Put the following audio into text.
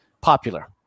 popular